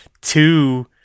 two